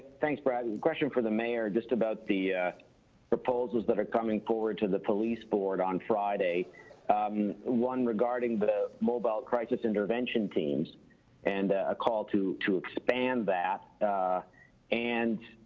thanks brad question for the mayor just about the proposals that are coming forward to the police board on friday um one regarding the mobile crisis intervention teams and a call to to expand that and